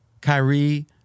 Kyrie